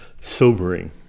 sobering